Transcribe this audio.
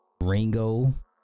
Ringo